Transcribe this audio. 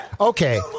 Okay